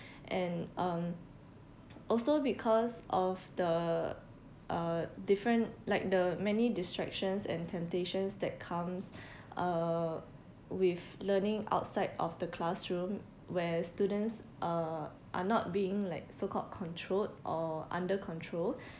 and um also because of the uh different like the many distractions and temptations that comes uh with learning outside of the classroom where students are are not being like so-called controlled or under control